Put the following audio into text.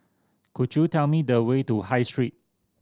could you tell me the way to High Street